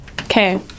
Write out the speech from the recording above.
Okay